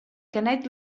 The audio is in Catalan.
canet